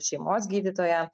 šeimos gydytoją